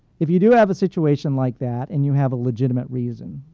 if you do have a situation like that, and you have a legitimate reason,